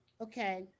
Okay